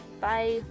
bye